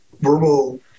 verbal